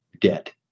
debt